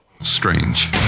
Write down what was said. Strange